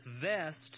vest